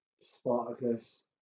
Spartacus